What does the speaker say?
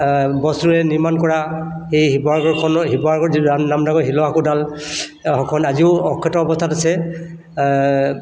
বস্তুৰে নিৰ্মাণ কৰা সেই শিৱসাগৰখনৰ শিৱসাগৰ জিলাৰ যি নামদাঙৰ শিলৰ সাঁকোডাল সখন আজিও অক্ষত অৱস্থাত আছে